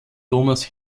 thomas